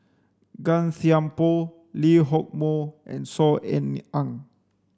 Gan Thiam Poh Lee Hock Moh and Saw Ean Ang